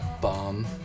bomb